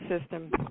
system